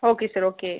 okay sir okay